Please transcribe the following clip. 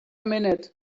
minute